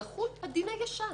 יחול הדין הישן.